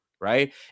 Right